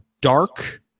dark